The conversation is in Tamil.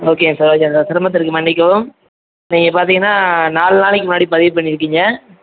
ஒகேங்க சார் ஒகேங்க சார் சிரமத்திற்கு மன்னிக்கவும் நீங்கள் பார்த்தீங்கன்னா நாலு நாளைக்கு முன்னாடி பதிவுப் பண்ணியிருக்கீங்க